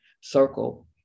circle